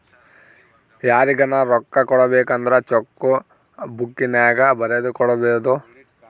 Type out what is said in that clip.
ಯಾರಿಗನ ರೊಕ್ಕ ಕೊಡಬೇಕಂದ್ರ ಚೆಕ್ಕು ಬುಕ್ಕಿನ್ಯಾಗ ಬರೆದು ಕೊಡಬೊದು